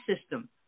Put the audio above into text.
system